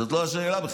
זאת לא השאלה בכלל.